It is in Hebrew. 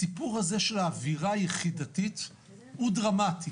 הסיפור הזה של האווירה היחידתית הוא דרמטי,